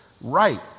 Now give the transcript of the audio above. right